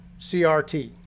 CRT